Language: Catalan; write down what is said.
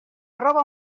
roba